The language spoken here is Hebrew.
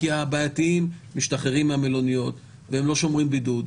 כי הבעייתיים משתחררים מהמלוניות והם לא שומרים בידוד,